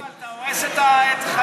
אתה הורס את חלומו של הרצל.